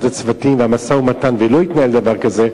הצוותים והמשא-ומתן ולא התנהל דבר כזה,